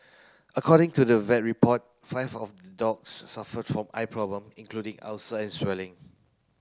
according to the vet report five of the dogs suffered from eye problem including ulcer and swelling